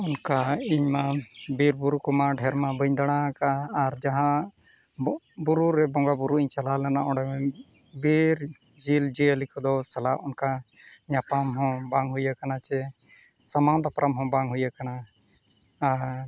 ᱚᱱᱠᱟ ᱤᱧ ᱢᱟ ᱵᱤᱨᱼᱵᱩᱨᱩ ᱠᱚᱢᱟ ᱰᱷᱮᱨ ᱢᱟ ᱵᱟᱹᱧ ᱫᱟᱬᱟ ᱟᱠᱟᱫᱼᱟ ᱟᱨ ᱡᱟᱦᱟᱸ ᱵᱩᱨᱩ ᱨᱮ ᱵᱚᱸᱜᱟᱼᱵᱩᱨᱩᱧ ᱪᱟᱞᱟᱣ ᱞᱮᱱᱟ ᱚᱸᱰᱮ ᱵᱤᱨ ᱡᱤᱵᱽᱼᱡᱤᱭᱟᱹᱞᱤ ᱠᱚ ᱥᱟᱞᱟᱜ ᱚᱱᱠᱟ ᱧᱟᱯᱟᱢ ᱦᱚᱸ ᱵᱟᱝ ᱦᱩᱭ ᱠᱟᱱᱟ ᱥᱮ ᱥᱟᱢᱟᱝ ᱫᱟᱯᱨᱟᱢ ᱦᱚᱸ ᱵᱟᱝ ᱦᱩᱭ ᱠᱟᱱᱟ ᱟᱨ